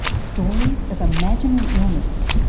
stories of imaginary illness.